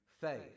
faith